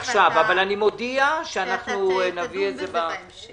עכשיו אבל אני מודיע שאנחנו נביא את זה בהמשך.